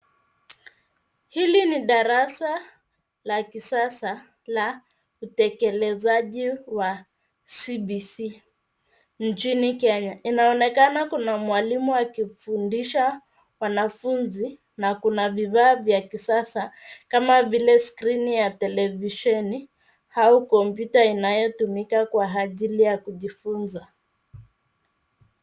Hili ni darasa la kisasa la utekelezaji wa CBC nchini Kenya. Inaonekana kuna mwalimu akifundisha wanafunzi na kifaa cha kisasa kama vile skirini ya televisheni au kompyuta inayotumika kwa ajili ya kujifunza.